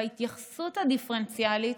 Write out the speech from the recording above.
וההתייחסות הדיפרנציאלית,